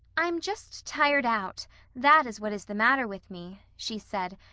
i'm just tired out that is what is the matter with me, she said,